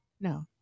No